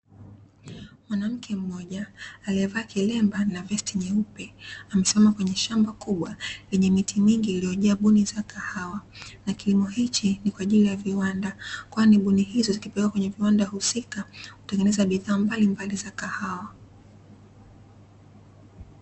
Mwanamke mmoja aliyevaa kilemba na vesti nyeupe, amesimama kwenye shamba kubwa lenye miti mingi iliyojaa buni za kahawa. Na kilimo hichi ni kwa ajili ya viwanda kwani buni hizo zikipelekwa kwenye viwanda husika, hutengeneza bidhaa mbalimbali za kahawa.